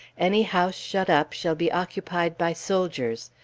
any house shut up shall be occupied by soldiers.